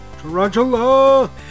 Tarantula